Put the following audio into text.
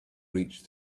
reached